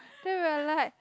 then we are like